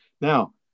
Now